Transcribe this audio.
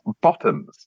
bottoms